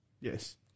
yes